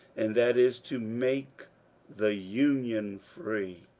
and that is to make the union free.